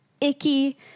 icky